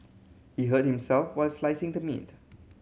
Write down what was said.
he hurt himself while slicing the meat